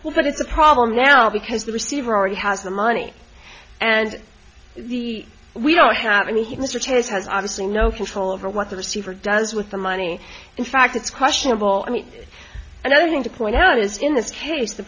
well but it's a problem now because the receiver already has the money and the we don't have any he mr chase has obviously no control over what the receiver does with the money in fact it's questionable i mean another thing to point out is in this case the